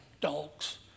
dogs